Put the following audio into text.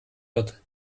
wird